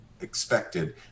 expected